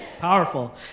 Powerful